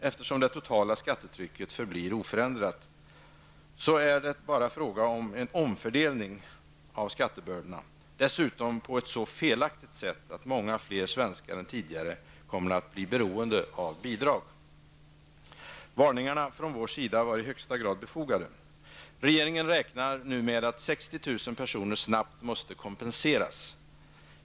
Eftersom det totala skattetrycket förblir oförändrat, är det bara fråga om en omfördelning av skattebördorna. Dessutom sker detta på ett så felaktigt sätt att många fler svenskar än tidigare kommer att bli beroende av bidrag. Varningarna från vår sida var i högsta grad befogade. Regeringen räknar med att 60 000 personer snabbt måste kompenseras.